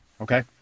Okay